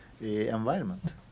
environment